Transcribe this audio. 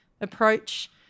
approach